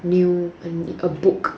new err a book